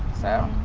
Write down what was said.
so,